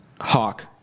hawk